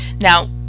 now